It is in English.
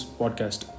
podcast